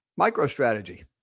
MicroStrategy